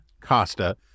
Costa